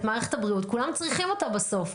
את מערכת הבריאות כולם צריכים אותה בסוף,